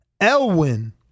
Elwin